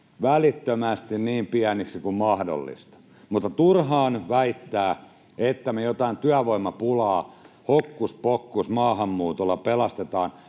välittömästi niin pieniksi kuin mahdollista, mutta turhaa väittää, että me jotain työvoimapulaa hokkuspokkus maahanmuutolla pelastetaan,